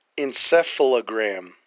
encephalogram